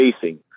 facing